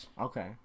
okay